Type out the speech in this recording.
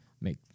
make